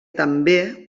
també